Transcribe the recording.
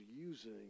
using